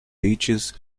beaches